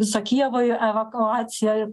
viso kijevo evakuaciją ir